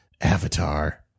Avatar